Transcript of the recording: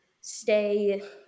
stay